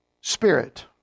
spirit